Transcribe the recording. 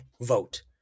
vote